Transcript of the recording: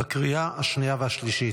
בקריאה השנייה והשלישית.